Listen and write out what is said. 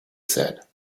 said